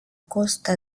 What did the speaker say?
costa